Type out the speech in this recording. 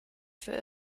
für